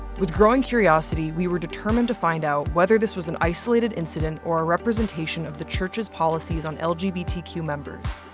with growing curiosity, we were determined to find out whether this was an isolated incident or a representation of the church's policies on members.